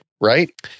Right